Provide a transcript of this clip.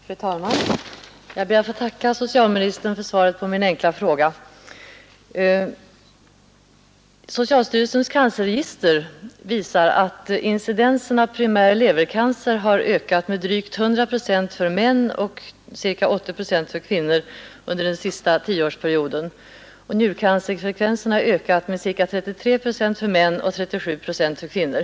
Fru talman! Jag ber att få tacka socialministern för svaret på min enkla fråga. Socialstyrelsens cancerregister visar att incidensen av primär levercancer har ökat med drygt 100 procent för män och ca 80 procent för kvinnor under den senaste tioårsperioden, och njurcancerfrekvensen har ökat med ca 33 procent för män och 37 procent för kvinnor.